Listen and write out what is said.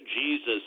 Jesus